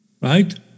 right